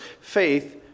faith